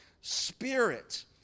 spirit